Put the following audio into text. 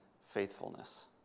faithfulness